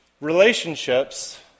relationships